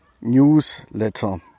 Newsletter